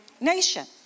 nation